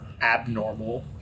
abnormal